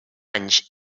anys